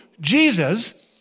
Jesus